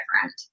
different